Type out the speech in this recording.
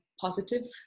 positive